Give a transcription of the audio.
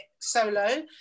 solo